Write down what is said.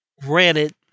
Granted